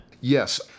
Yes